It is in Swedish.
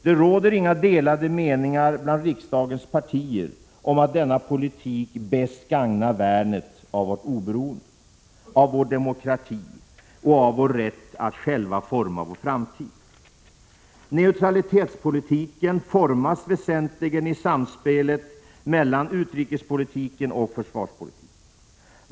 Det råder inga delade meningar bland riksdagens partier om att denna politik bäst gagnar värnet av vårt oberoende, av vår demokrati och av vår rätt att själva forma vår framtid. Neutralitetspolitiken formas väsentligen i samspelet mellan utrikespolitiken och försvarspolitiken.